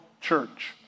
church